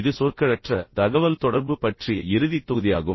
இது சொற்களற்ற தகவல்தொடர்பு பற்றிய இறுதி தொகுதியாகும்